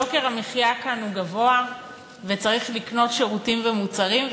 יוקר המחיה כאן גבוה וצריך לקנות שירותים ומוצרים,